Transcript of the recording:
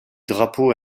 drapeau